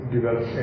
develop